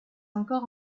encore